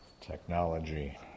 technology